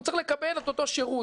הוא צריך לקבל את אותו שירות.